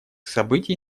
событий